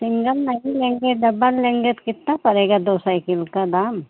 single नहीं लेंगे double लेंगे तो कितना पड़ेगा दो सइकिल का दाम